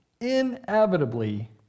inevitably